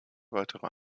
weitere